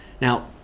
Now